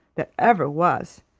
that ever was,